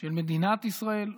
של מדינת ישראל,